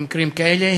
במקרים כאלה.